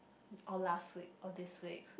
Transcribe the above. or last week or this week